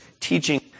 teaching